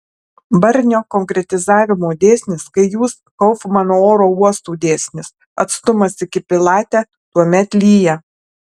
barnio konkretizavimo dėsnis kai jūs kaufmano oro uostų dėsnis atstumas iki pilate tuomet lyja